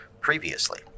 previously